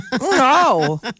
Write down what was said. No